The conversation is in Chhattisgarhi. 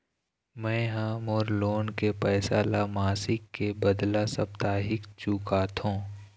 में ह मोर लोन के पैसा ला मासिक के बदला साप्ताहिक चुकाथों